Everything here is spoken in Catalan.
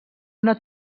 una